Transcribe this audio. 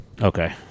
okay